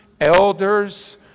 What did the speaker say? elders